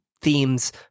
themes